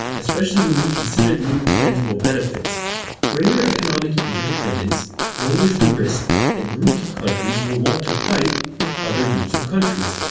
especially when we consider the intangible benefits greater economic interdependence lowers the risk that groups of countries will want to fight with other groups of countries,